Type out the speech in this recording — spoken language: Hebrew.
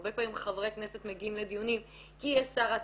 הרבה פעמים חברי כנסת מגיעים לדיונים כי יש סערה תקשורתית,